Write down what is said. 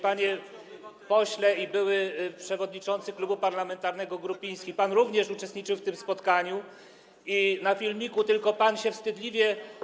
Panie pośle i były przewodniczący klubu parlamentarnego Grupiński, pan również uczestniczył w tym spotkaniu i na filmiku tylko pan się wstydliwie.